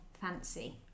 fancy